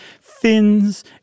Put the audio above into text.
fins